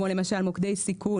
כמו למשל פרויקט מוקדי סיכון.